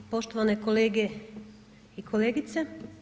Poštovane kolege i kolegice.